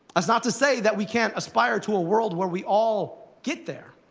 that's not to say that we can't aspire to a world where we all get there,